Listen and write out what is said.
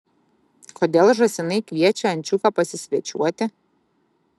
kodėl žąsinai kviečia ančiuką pasisvečiuoti